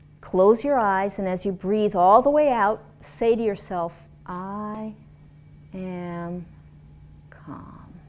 close your eyes and as you breath all the way out say to yourself i am calm.